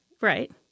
Right